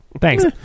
Thanks